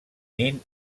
nin